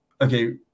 okay